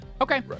Okay